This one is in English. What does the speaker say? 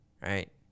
right